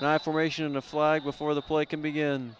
and i formation a flag before the play can begin